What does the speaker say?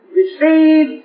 receive